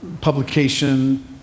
publication